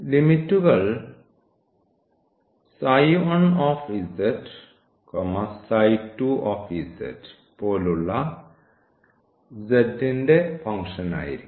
ലിമിറ്റുകൾ പോലുള്ള z ന്റെ ഫംഗ്ഷനായിരിക്കാം